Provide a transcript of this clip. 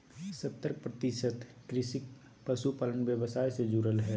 सत्तर प्रतिशत कृषक पशुपालन व्यवसाय से जुरल हइ